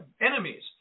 enemies